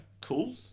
cool